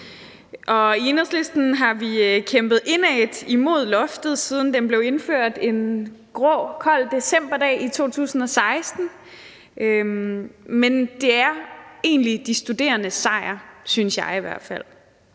I Enhedslisten har vi kæmpet indædt imod uddannelsesloftet, siden det blev indført en grå, kold decemberdag i 2016, men det er egentlig de studerendes sejr, synes jeg i hvert fald.